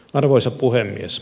arvoisa puhemies